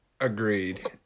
agreed